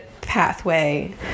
pathway